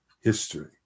history